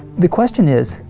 the question is,